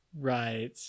Right